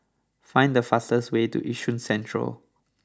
find the fastest way to Yishun Central